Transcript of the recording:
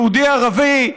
יהודי-ערבי,